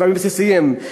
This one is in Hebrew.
דברים בסיסיים.